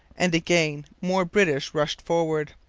and again more british rushed forward.